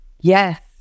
Yes